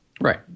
Right